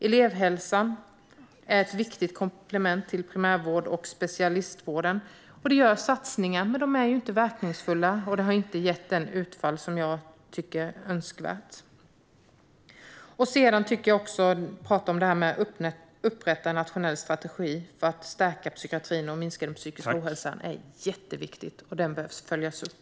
Elevhälsan är ett viktigt komplement till primärvården och specialistvården. Det görs satsningar, men de är inte verkningsfulla och har inte gett det utfall jag tycker är önskvärt. Vi talade om detta med att upprätta en nationell strategi för att stärka psykiatrin och minska den psykiska ohälsan, och jag tycker att det är jätteviktigt. Den behöver följas upp.